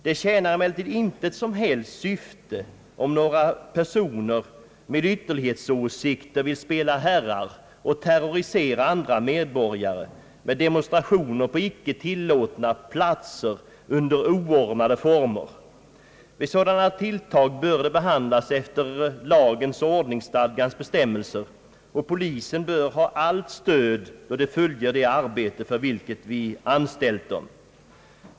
Det tjänar emellertid intet som helst syfte om några personer med ytterlighetsåsikter vill spela herrar och terrorisera andra medborgare med demonstrationer på icke tillåtna platser under oordnade former. Vid sådana tilltag bör de behandlas efter lagens och ordningsstadgans bestämmelser, och polisen bör ha allt stöd då den fullgör det arbete för vilket vi anställt den.